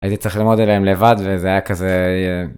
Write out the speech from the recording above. הייתי צריך ללמוד עליהם לבד וזה היה כזה.